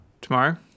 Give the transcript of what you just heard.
tomorrow